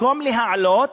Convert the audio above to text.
במקום להעלות,